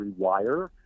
rewire